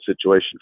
situation